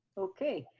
okay